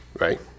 right